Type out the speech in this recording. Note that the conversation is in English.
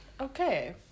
Okay